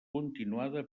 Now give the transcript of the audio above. continuada